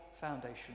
foundation